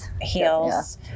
heels